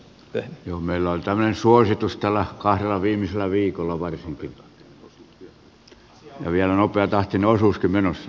meillä on tämmöinen suositus tällä kahdella viimeisellä viikolla varsinkin ja vielä nopeatahtinen osuuskin menossa